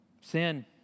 Sin